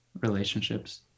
relationships